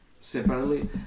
separately